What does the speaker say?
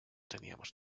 teníamos